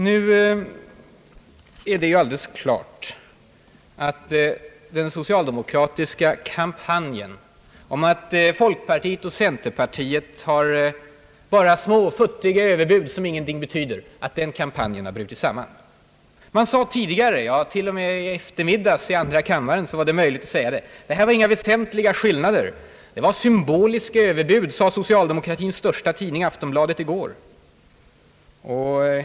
Det är nu alldeles klart att den socialdemokratiska kampanjen om att folkpartiet och centerpartiet bara har små futtiga överbud som ingenting betyder har brutit samman. Man sade tidigare — t.o.m. i eftermiddagens debatt i andra kammaren var det möjligt att säga det — att det inte var några väsentliga skillnader. Det var »symboliska över bud», sade socialdemokratins största tidning Aftonbladet i går.